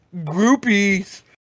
groupies